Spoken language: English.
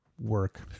work